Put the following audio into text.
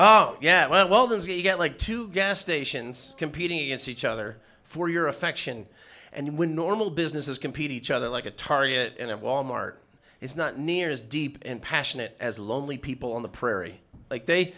oh yeah well then you get like two gas stations competing against each other for your affection and when normal business is compete each other like a target and wal mart is not near as deep and passionate as lonely people on the prairie like they